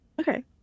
okay